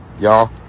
y'all